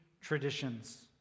traditions